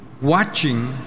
watching